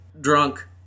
drunk